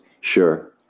Sure